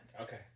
Okay